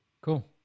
Cool